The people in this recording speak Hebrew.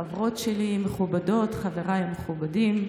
חברות שלי המכובדות, חבריי המכובדים.